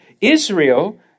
Israel